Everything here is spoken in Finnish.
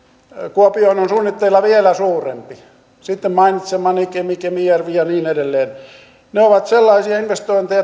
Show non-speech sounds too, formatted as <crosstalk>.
kuopioon on suunnitteilla vielä suurempi sitten mainitsemani kemi kemijärvi ja niin edelleen ne ovat sellaisia investointeja <unintelligible>